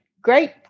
great